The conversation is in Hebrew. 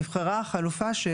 החלופה שנבחרה,